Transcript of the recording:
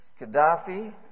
Gaddafi